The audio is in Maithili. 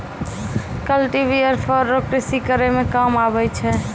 कल्टीवेटर फार रो कृषि करै मे काम आबै छै